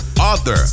author